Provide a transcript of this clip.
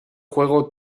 juego